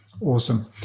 Awesome